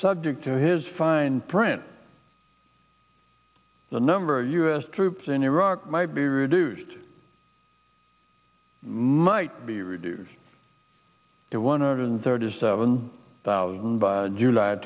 subject to his fine print the number of u s troops in iraq might be reduced might be reduced to one hundred thirty seven thousand by july